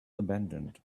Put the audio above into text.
abandoned